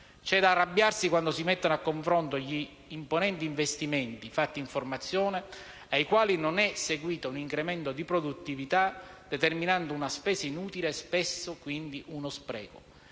C'è da arrabbiarsi quando si mettono a confronto gli imponenti investimenti fatti in formazione, ai quali non è seguito un incremento di produttività, determinando una spesa inutile e spesso, quindi, uno spreco.